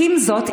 "עם זאת,